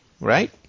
Right